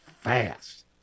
fast